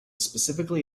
specifically